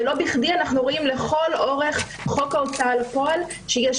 ולא בכדי אנחנו רואים לכל אורך חוק ההוצאה לפועל שיש